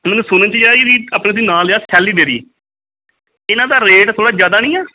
ਮੈਨੂੰ ਸੁਣਨ 'ਚ ਆਇਆ ਵੀ ਆਪਣਾ ਤੁਸੀਂ ਨਾਮ ਲਿਆ ਸ਼ੈਲੀ ਡੇਅਰੀ ਇਹਨਾਂ ਦਾ ਰੇਟ ਥੋੜ੍ਹਾ ਜ਼ਿਆਦਾ ਨਹੀਂ ਆ